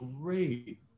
great